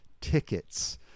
tickets